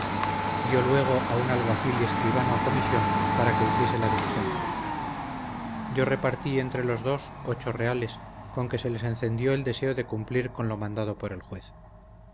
dió luego a un alguacil y escribano comisión para que hiciese la diligencia yo repartí entre los dos ocho reales con que se les encendió el deseo de cumplir con lo mandado por el juez